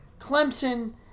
Clemson